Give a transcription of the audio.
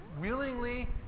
willingly